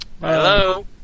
Hello